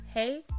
Hey